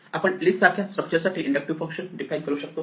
आपण लिस्ट सारख्या स्ट्रक्चर साठी इंडक्टिव्ह फंक्शन्स डीफाइन करू शकतो